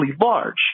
large